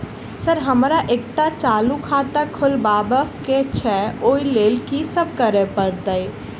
Sir हमरा एकटा चालू खाता खोलबाबह केँ छै ओई लेल की सब करऽ परतै?